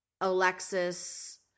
Alexis